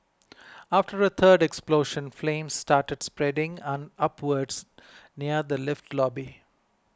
after a third explosion flames started spreading an upwards near the lift lobby